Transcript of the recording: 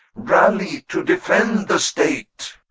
rally to defend the state.